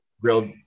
Grilled